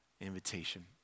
invitation